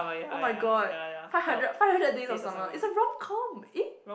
oh-my-god five hundred Five Hundred Days of Summer it's a romcom eh